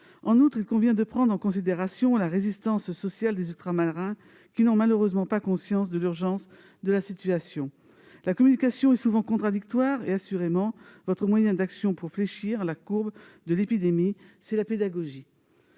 En outre, il convient de prendre en considération la résistance sociale des Ultramarins, qui n'ont malheureusement pas conscience de l'urgence de la situation. La communication est souvent contradictoire et, assurément, votre moyen d'action pour infléchir la courbe de l'épidémie, c'est la pédagogie.